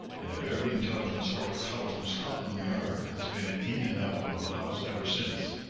and a very intelligent sort of fellow from scotland yard has been in and out of the house ever since.